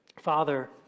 Father